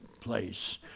place